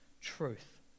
truth